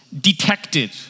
detected